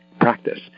practice